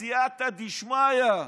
סייעתא דשמיא.